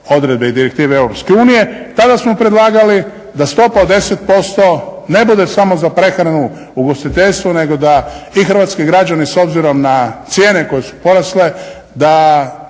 odredbe i direktive Europske unije tada smo predlagali da stopa od 10% ne bude samo za prehranu, ugostiteljstvo nego da i hrvatski građani s obzirom na cijene koje su porasle da